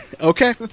Okay